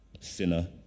sinner